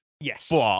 Yes